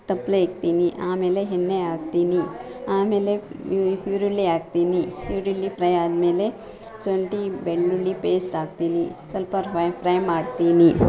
ತಪ್ಪಲೆ ಇಡ್ತೀನಿ ಆಮೇಲೆ ಎಣ್ಣೆ ಹಾಕ್ತೀನಿ ಆಮೇಲೆ ಈರುಳ್ಳಿ ಹಾಕ್ತೀನಿ ಈರುಳ್ಳಿ ಫ್ರೈ ಆದ್ಮೇಲೆ ಶುಂಠಿ ಬೆಳ್ಳುಳ್ಳಿ ಪೇಸ್ಟ್ ಹಾಕ್ತೀನಿ ಸ್ವಲ್ಪ ಡ್ರೈ ಫ್ರೈ ಮಾಡ್ತೀನಿ